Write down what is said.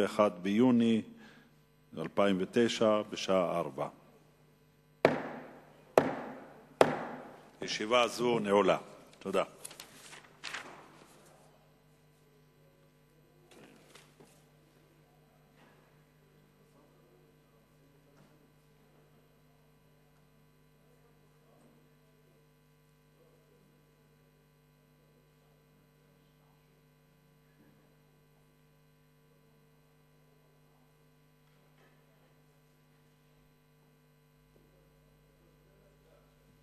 21 ביוני 2009, בשעה 16:00. תודה.